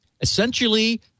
essentially